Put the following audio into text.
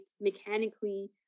mechanically